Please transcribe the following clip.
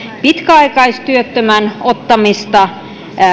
pitkäaikaistyöttömän ottamista